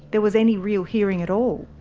there was any real hearing at all.